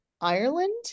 Ireland